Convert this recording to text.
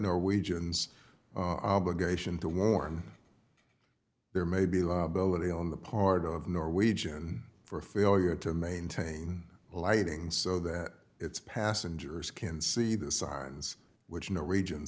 norwegians obligation to warm there may be liability on the part of norwegian for failure to maintain lighting so that its passengers can see the signs which no region